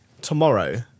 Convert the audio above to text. tomorrow